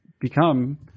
become